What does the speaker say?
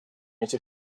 этих